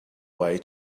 way